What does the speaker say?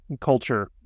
culture